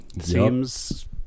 Seems